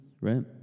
right